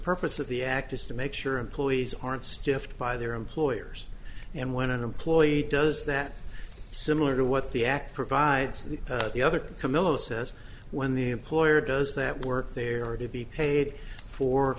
purpose of the act is to make sure employees aren't stiffed by their employers and when an employee does that similar to what the act provides the the other camillo says when the employer does that work they are to be paid for